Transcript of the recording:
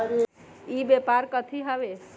ई व्यापार कथी हव?